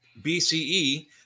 BCE